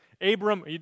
Abram